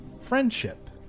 Friendship